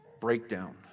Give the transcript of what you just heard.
breakdown